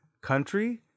country